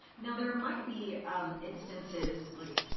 now there might be instances like,